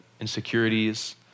insecurities